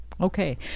Okay